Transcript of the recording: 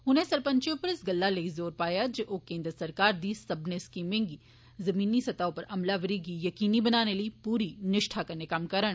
उनें सरपंचें उप्पर इस गल्ला लेई जोर पाया जे ओ केन्द्र सरकार दी सब्बने स्कीमें दी जमीनी सतह् तगर अमलावरी गी जकीनी बनाने लेई पूरी निश्ठा कन्नै कम्म करन